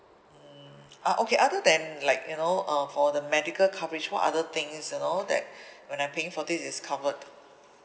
mm uh okay other than like you know uh for the medical coverage what other things you know that when I paying for this is covered